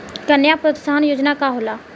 कन्या प्रोत्साहन योजना का होला?